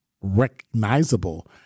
recognizable